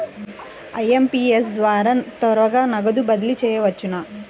IMPS ద్వారా త్వరగా నగదు బదిలీ చేయవచ్చునా?